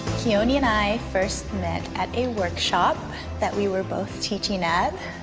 keone and i first met at a workshop that we were both teaching at.